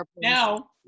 Now